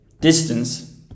distance